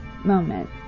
moment